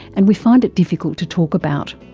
and we find it difficult to talk about.